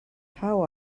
how